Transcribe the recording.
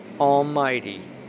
Almighty